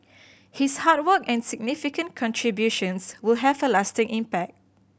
his hard work and significant contributions will have a lasting impact